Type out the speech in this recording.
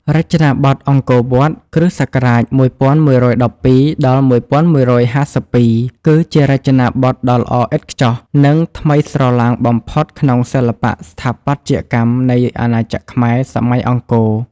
រចនាបថអង្គរវត្ត (គ.ស. ១១១២ ដល់ ១១៥២) គឺជារចនាបថដ៏ល្អឥតខ្ចោះ និងថ្មីស្រឡាងបំផុតក្នុងសិល្បៈស្ថាបត្យកម្មនៃអាណាចក្រខ្មែរ សម័យអង្គរ។